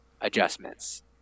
adjustments